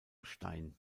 stein